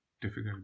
difficult